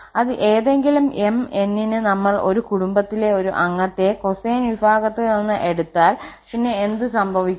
അത് ഏതെങ്കിലും 𝑚 𝑛 ന് നമ്മൾ ഒരു കുടുംബത്തിലെ ഒരു അംഗത്തെ കൊസൈൻ വിഭാഗത്തിൽ നിന്ന് എടുത്താൽ പിന്നെ എന്ത് സംഭവിക്കും